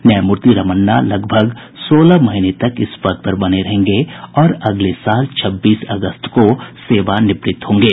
न्यायमूर्ति रमन्ना करीब सोलह महीने तक इस पद पर बने रहेंगे और अगले साल छब्बीस अगस्त को सेवानिवृत्त होंगे